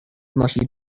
ماشین